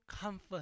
comfort